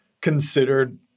considered